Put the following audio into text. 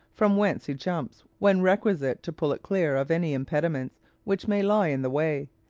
from whence he jumps when requisite to pull it clear of any impediments which may lie in the way,